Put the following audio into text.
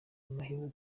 amahirwe